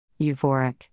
Euphoric